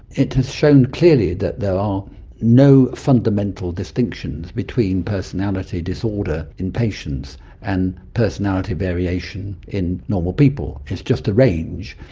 it has shown clearly that there are no fundamental distinctions between personality disorder in patients and personality variation in normal people. it's just a range.